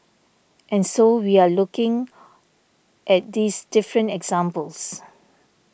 and so we are looking at these different examples